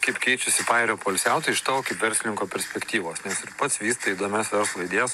kaip keičiasi pajūrio poilsiautojai iš tavo kaip verslininko perspektyvos nes ir pats vystai įdomias verslo idėjas